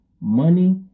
money